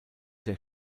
der